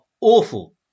awful